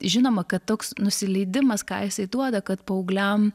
žinoma kad toks nusileidimas ką jisai duoda kad paaugliam